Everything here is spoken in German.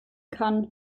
kann